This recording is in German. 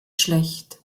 schlecht